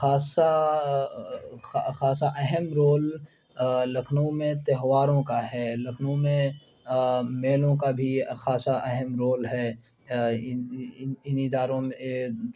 خاصا کھا خاصا اہم رول لکھنؤ میں تہواروں کا ہے لکھنؤ میں میلوں کا بھی خاصاً اہم رول ہے اِن اِن اداروں